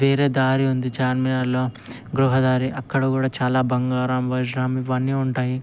వేరేదారి ఉంది చార్మినార్లో గృహదారి అక్కడ కూడా చాలా బంగారం వజ్రం ఇవన్నీ ఉంటాయి